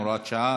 הוראת שעה),